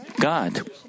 God